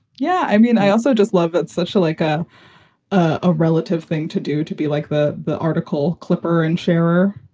yeah. i mean, i also just love it's such a like ah a relative thing to do to be like the the article kliper and scherrer.